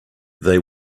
they